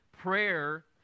prayer